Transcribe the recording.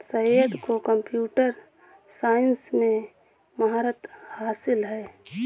सैयद को computer science में महारत हासिल है